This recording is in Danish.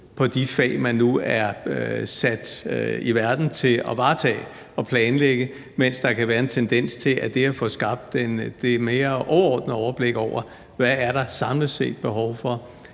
på de fag, man nu er sat i verden til at varetage og planlægge, mens der kan være en tendens til, at det at få skabt det mere overordnede overblik over, hvad der samlet set er behov for,